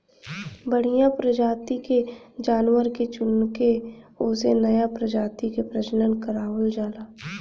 बढ़िया परजाति के जानवर के चुनके ओसे नया परजाति क प्रजनन करवावल जाला